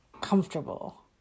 comfortable